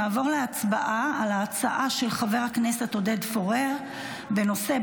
נעבור להצבעה על ההצעה של חבר הכנסת עודד פורר בנושא: